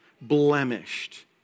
blemished